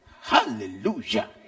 Hallelujah